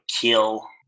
kill